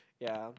ya